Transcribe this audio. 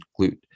glute